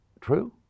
True